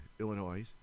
Illinois